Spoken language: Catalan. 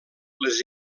les